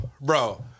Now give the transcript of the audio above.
bro